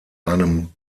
einem